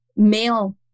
male